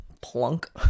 Plunk